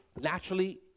naturally